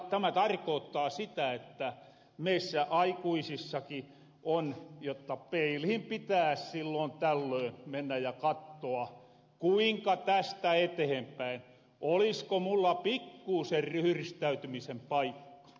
tämä tarkoottaa sitä että meissä aikuisissakin on niin jotta peilihin pitääs silloon tällöön mennä ja kattoa kuinka tästä etehenpäin olisko mulla pikkuusen ryhristäytymisen paikka